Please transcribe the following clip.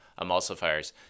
emulsifiers